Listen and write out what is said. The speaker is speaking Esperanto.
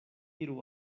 iru